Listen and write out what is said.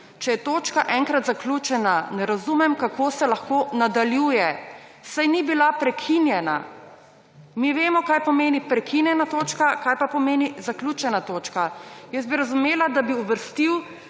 Če je točka enkrat zaključena, ne razumem, kako se lahko nadaljuje. Saj ni bila prekinjena. Mi vemo, kaj pomeni prekinjena točka, kaj pa pomeni zaključena točka. Jaz bi razumela, da bi uvrstil